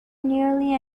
nearly